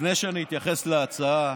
לפני שאני אתייחס להצעה,